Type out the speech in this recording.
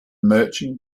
merchant